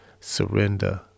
surrender